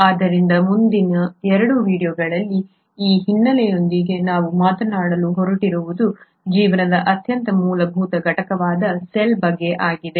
ಆದ್ದರಿಂದ ಮುಂದಿನ 2 ವೀಡಿಯೊಗಳಲ್ಲಿ ಆ ಹಿನ್ನೆಲೆಯೊಂದಿಗೆ ನಾವು ಮಾತನಾಡಲು ಹೊರಟಿರುವುದು ಜೀವನದ ಅತ್ಯಂತ ಮೂಲಭೂತ ಘಟಕವಾದ ಸೆಲ್ ಬಗ್ಗೆ ಆಗಿದೆ